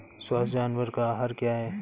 स्वस्थ जानवर का आहार क्या है?